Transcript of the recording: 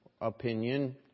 opinion